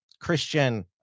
Christian